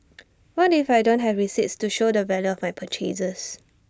what if I don't have receipts to show the value of my purchases